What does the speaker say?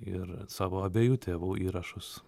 ir savo abiejų tėvų įrašus